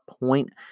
point